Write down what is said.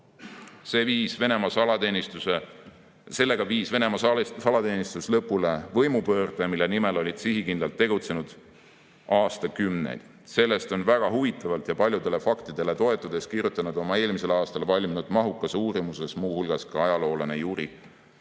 enam kui tuhat sai haavata. Sellega viis Venemaa salateenistus lõpule võimupöörde, mille nimel oldi sihikindlalt tegutsenud aastakümneid. Sellest on väga huvitavalt ja paljudele faktidele toetudes kirjutanud oma eelmisel aastal valminud mahukas uurimuses muu hulgas ajaloolane Juri